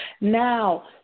Now